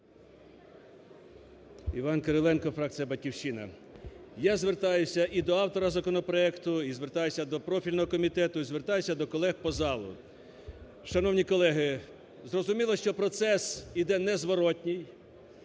Іван Кириленко, фракція "Батьківщина". Я звертаюся і до автора законопроекту, і звертаюся до профільного комітету, і звертаюся до колег по залу. Шановні колеги! Зрозуміло, що процес іде незворотній,